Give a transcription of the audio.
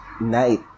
night